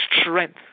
strength